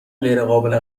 غیرقابل